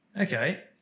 Okay